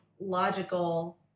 logical